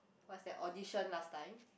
what's that audition last time